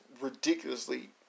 ridiculously